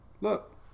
Look